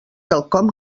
quelcom